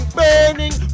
burning